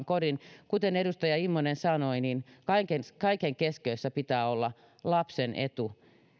kodin kuten edustaja immonen sanoi kaiken kaiken keskiössä pitää olla lapsen etu